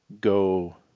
go